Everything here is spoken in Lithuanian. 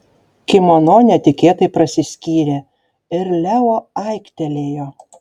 kimono netikėtai prasiskyrė ir leo aiktelėjo